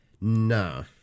no